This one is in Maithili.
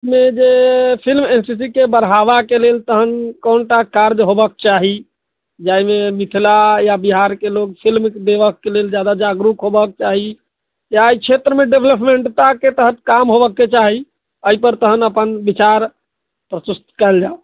मे जे फिल्म स्थितिके बढ़ावाके लेल तहन कोनटा कार्ज होयबक चाही जाहिमे मिथिला या बिहारकेँ लोक फिल्मिक लेल जादा जागरुक होयबक चाही या एहि छेत्रमे डेवलपमेन्टताकेँ तहत काम होयबाक चाही एहि पर तहन अपन विचार प्रस्तुत कयल जाओ